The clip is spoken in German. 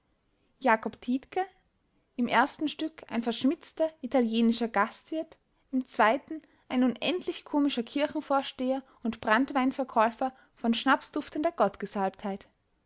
jakob tiedtke im ersten stück ein verschmitzter italienischer gastwirt im zweiten ein unendlich komischer kirchenvorsteher und branntweinverkäufer von schnapsduftender gottgesalbtheit